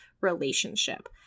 relationship